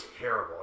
terrible